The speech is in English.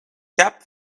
cap